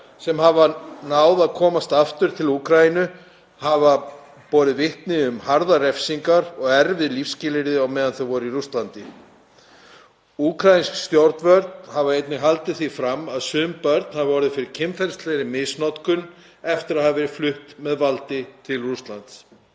sem hafa náð að komast aftur til Úkraínu hafa borið vitni um harðar refsingar og erfið lífsskilyrði á meðan þau voru í Rússlandi. Úkraínsk stjórnvöld hafa einnig haldið því fram að sum börn hafa orðið fyrir kynferðislegri misnotkun eftir að hafa verið flutt með valdi til Rússlands.